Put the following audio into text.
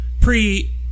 pre